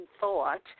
thought